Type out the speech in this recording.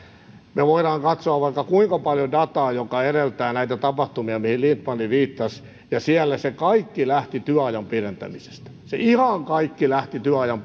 me voimme katsoa vaikka kuinka paljon dataa joka edeltää näitä tapahtumia mihin lindtman viittasi siellä se kaikki lähti työajan pidentämisestä ihan kaikki lähti työajan